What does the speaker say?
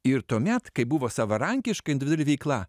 ir tuomet kai buvo savarankiška individuali veikla